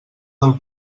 del